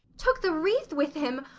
took the wreath with him!